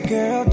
Girl